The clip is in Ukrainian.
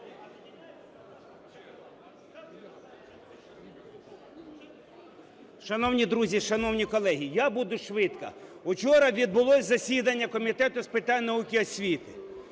Шановні друзі, шановні колеги, я буду швидко. Учора відбулося засідання Комітету з питань науки і освіти.